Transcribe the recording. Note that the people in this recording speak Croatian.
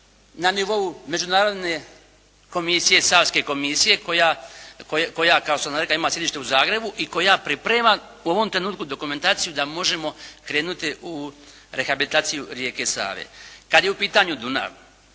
na nivou međunarodne komisije, savske komisije, koja kao što sam rekao ima sjedište u Zagrebu i koja priprema u ovom trenutku dokumentaciju da možemo krenuti u rehabilitaciju rijeke Save. Kada je u pitanju Dunav,